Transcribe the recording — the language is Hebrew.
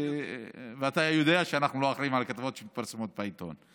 אתה יודע שאנחנו לא אחראים לכתבות שמתפרסמות בעיתון.